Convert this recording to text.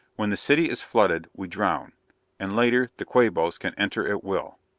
when the city is flooded, we drown and later the quabos can enter at will.